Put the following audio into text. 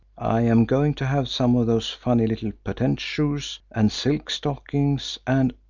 i am going to have some of those funny little patent shoes, and silk stockings and,